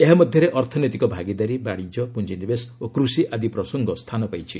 ଏହାମଧ୍ୟରେ ଅର୍ଥନୀତିକ ଭାଗିଦାରୀ ବାଣିଜ୍ୟ ପୁଞ୍ଜିନିବେଶ ଓ କୃଷି ଆଦି ପ୍ରସଙ୍ଗ ସ୍ଥାନ ପାଇଛି